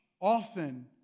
often